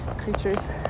creatures